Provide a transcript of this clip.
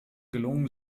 gelungen